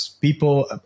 people